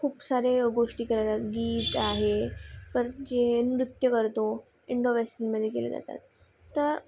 खूप सारे गोष्टी केल्या जातात गीत आहे परत जे नृत्य करतो इंडो वेस्टनमध्ये केले जातात तर